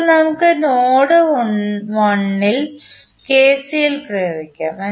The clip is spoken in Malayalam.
ഇപ്പോൾ നമുക്ക് നോഡ് 1 ൽ KCL പ്രയോഗിക്കാം